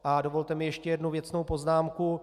A dovolte mi ještě jednu věcnou poznámku.